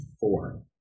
four